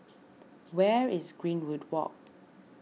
where is Greenwood Walk